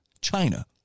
China